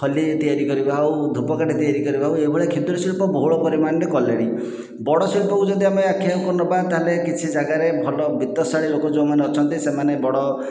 ଖଲି ତିଆରି କରିବା ହେଉ ଧୂପକାଠି ତିଆରି କରିବା ହେଉ ଏହିଭଳି କ୍ଷୁଦ୍ର ଶିଳ୍ପ ବହୁଳ ପରିମାଣରେ କଲେଣି ବଡ଼ ଶିଳ୍ପକୁ ଯଦି ଆମେ ଆଖି ଆଗକୁ ନେବା ତା'ହେଲେ କିଛି ଜାଗାରେ ଭଲ ବିତ୍ତଶାଳୀ ଲୋକ ଯେଉଁମାନେ ଅଛନ୍ତି ସେମାନେ ବଡ଼